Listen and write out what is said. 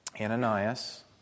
Ananias